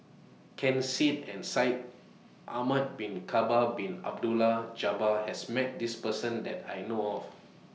Ken Seet and Shaikh Ahmad Bin Bakar Bin Abdullah Jabbar has Met This Person that I know of